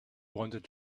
wanted